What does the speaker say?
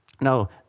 Now